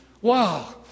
Wow